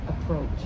approach